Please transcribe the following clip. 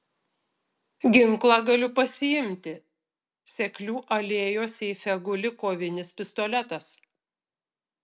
ginklą galiu pasiimti seklių alėjos seife guli kovinis pistoletas